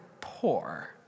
poor